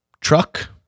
truck